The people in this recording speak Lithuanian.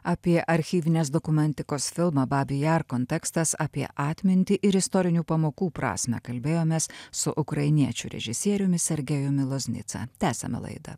apie archyvinės dokumentikos filmą babi jar kontekstas apie atmintį ir istorinių pamokų prasmę kalbėjomės su ukrainiečių režisieriumi sergejumi loznica tęsiame laidą